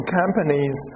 companies